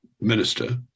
minister